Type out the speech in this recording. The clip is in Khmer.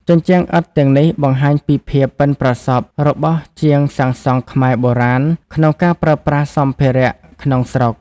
ជញ្ជាំងឥដ្ឋទាំងនេះបង្ហាញពីភាពប៉ិនប្រសប់របស់ជាងសាងសង់ខ្មែរបុរាណក្នុងការប្រើប្រាស់សម្ភារៈក្នុងស្រុក។